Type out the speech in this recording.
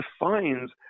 defines